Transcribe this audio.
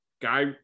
guy